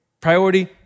priority